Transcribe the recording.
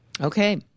Okay